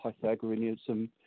Pythagoreanism